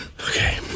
Okay